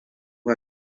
ha